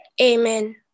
Amen